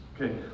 Okay